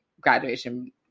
graduation